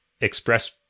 express